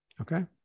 Okay